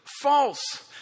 False